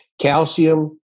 Calcium